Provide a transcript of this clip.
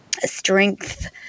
strength